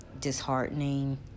disheartening